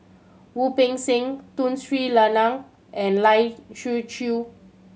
Wu Peng Seng Tun Sri Lanang and Lai Siu Chiu